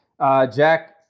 Jack